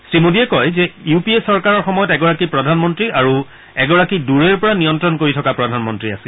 শ্ৰীমোডীয়ে কয় যে ইউ পি এ চৰকাৰৰ সময়ত এগৰাকী প্ৰধানমন্ত্ৰী আৰু এগৰাকী দুৰৈৰ পৰা নিয়ন্ত্ৰণ কৰি থকা প্ৰধানমন্তী আছিল